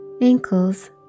ankles